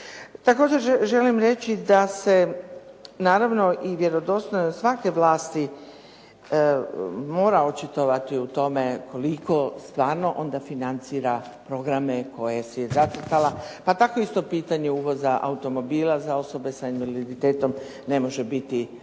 Također želim reći da se naravno i vjerodostojno svake vlasti mora očitovati u tome koliko stvarno onda financira programe koje si je zacrtala, pa tako isto pitanje uvoza automobila za osobe s invaliditetom ne može biti